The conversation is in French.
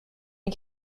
les